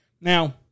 Now